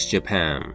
Japan